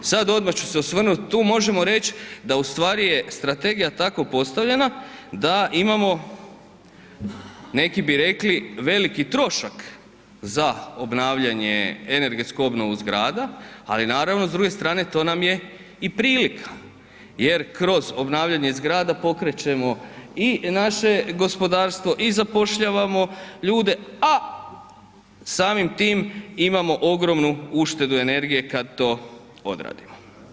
Sad odma ću se osvrnut, tu možemo reć da u stvari je strategija tako postavljena da imamo, neki bi rekli, veliki trošak za obnavljanje energetsku obnovu zgrada, ali naravno s druge strane to nam je i prilika jer kroz obnavljanje zgrada pokrećemo i naše gospodarstvo i zapošljavamo ljude, a samim tim imamo ogromnu uštedu energije kad to odradimo.